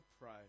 pray